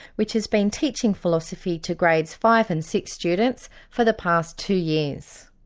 which has been teaching philosophy to grades five and six students for the past two years.